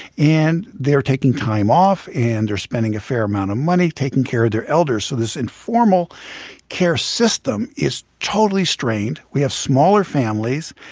and they are taking time off, and they're spending a fair amount of money taking care of their elders. so this informal care system is totally strained. we have smaller families,